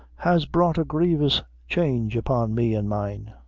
has brought a grievous change upon me and mine,